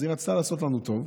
אז היא רצתה לעשות לנו טוב: